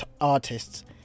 artists